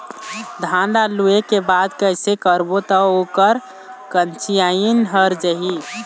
धान ला लुए के बाद कइसे करबो त ओकर कंचीयायिन हर जाही?